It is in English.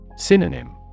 Synonym